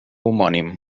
homònim